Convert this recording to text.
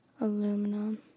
Aluminum